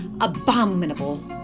abominable